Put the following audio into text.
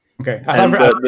Okay